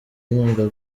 inkunga